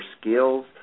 skills